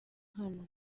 hano